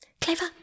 Clever